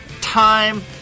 Time